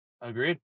Agreed